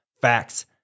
Facts